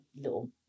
little